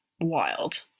wild